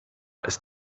ist